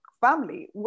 family